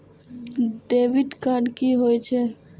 Debit card कि होई छै?